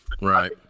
Right